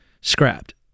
scrapped